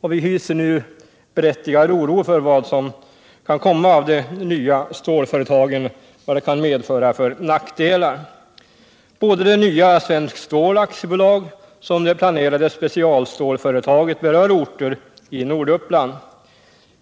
och vi hyser nu berättigad oro för de nackdelar som de nya stålföretagen kan medföra. Såväl det nya Svenskt Stål AB som det planerade specialstålföretaget berör orter i Norduppland.